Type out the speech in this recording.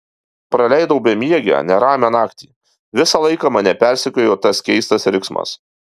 praleidau bemiegę neramią naktį visą laiką mane persekiojo tas keistas riksmas